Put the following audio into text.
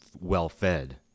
well-fed